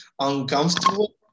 uncomfortable